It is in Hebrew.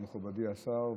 אז מכובדי השר,